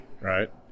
right